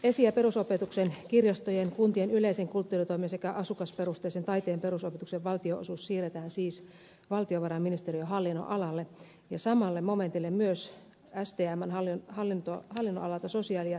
esi ja perusopetuksen kirjastojen kuntien yleisen kulttuuritoimen sekä asukasperusteisen taiteen perusopetuksen valtionosuus siirretään siis valtiovarainministeriön hallinnonalalle ja samalle momentille myös stmn hallinnonalalta sosiaali ja terveystoimen valtionosuudet